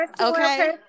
Okay